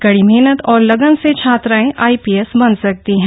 कड़ी मेहतन और लगन से छात्राएं आईपीएस बन सकती हैं